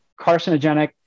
carcinogenic